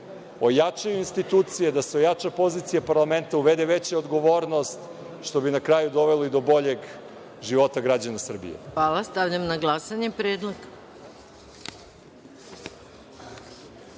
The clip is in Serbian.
ojačaju institucije, da se ojača pozicija parlamenta, uvede veća odgovornost, što bi na kraju dovelo i do boljeg života građana Srbije. **Maja Gojković** Hvala. Stavljam